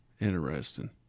Interesting